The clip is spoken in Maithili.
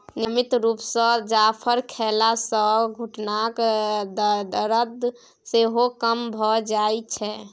नियमित रुप सँ जाफर खेला सँ घुटनाक दरद सेहो कम भ जाइ छै